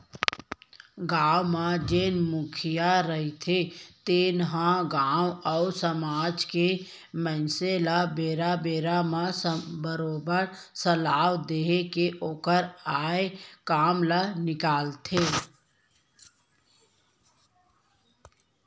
गाँव म जेन मुखिया रहिथे तेन ह गाँव अउ समाज के मनसे ल बेरा बेरा म बरोबर सलाह देय के ओखर आय काम ल निकालथे